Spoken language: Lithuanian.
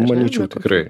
manyčiau tikrai